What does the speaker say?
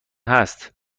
هست